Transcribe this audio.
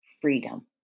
freedom